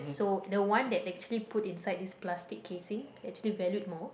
so the one that actually put inside this plastic casing actually valued more